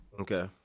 Okay